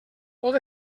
tot